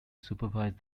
supervised